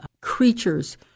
creatures